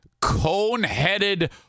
cone-headed